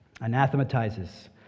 Anathematizes